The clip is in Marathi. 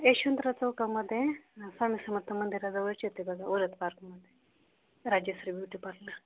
यशवंतराव चौकामध्ये स्वामी समर्थ मंदिराजवळच येते बघा उलद पार्कमध्ये राजश्री ब्युटी पार्लर